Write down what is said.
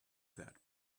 that